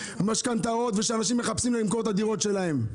משכנתאות ושאנשים מחפשים למכור את הדירות שלהם.